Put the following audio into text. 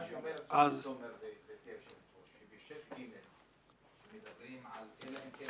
מה שאומר תומר בסעיף 6(ג), שמדברים על אלא אם כן